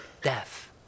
death